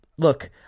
Look